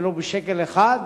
ולו בשקל אחד,